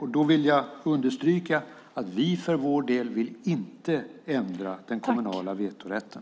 Jag vill understryka att vi för vår del inte vill ändra den kommunala vetorätten.